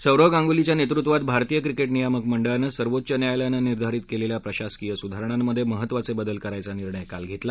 सौरव गांगुलीच्या नेतृत्वात भारतीय क्रिकेट नियामक मंडळानं सर्वोच्च न्यायालयानं निर्धारित केलेल्या प्रशासकिय सुधारणांमध्ये महत्त्वाचे बदल करायचा निर्णय काल घेतला